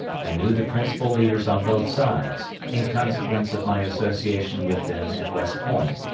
and knew the principal leaders on both sides, in consequence of my association with them at west point,